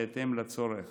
בהתאם לצורך